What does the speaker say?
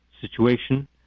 situation